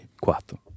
Quattro